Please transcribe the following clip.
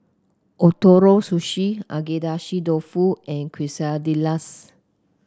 Ootoro Sushi Agedashi Dofu and Quesadillas